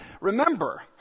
Remember